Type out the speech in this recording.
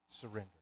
surrender